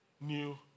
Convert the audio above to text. new